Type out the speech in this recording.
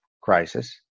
crisis